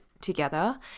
together